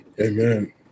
Amen